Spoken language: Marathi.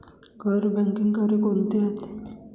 गैर बँकिंग कार्य कोणती आहेत?